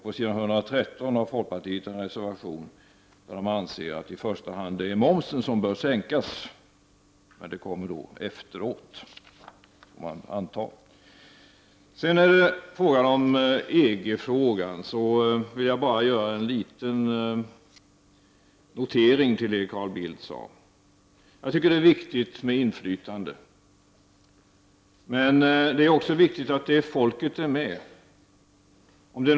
På s. 113 har folkpartiet en reservation där man hävdar att det i första hand är momsen som bör sänkas. Det kommer efteråt, får man anta. När det gäller EG-frågan vill jag göra en liten notering till det Carl Bildt sade. Jag tycker att det är viktigt med inflytande, men det är också viktigt att folket är med.